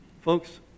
folks